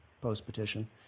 post-petition